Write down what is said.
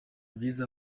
byiza